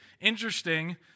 interesting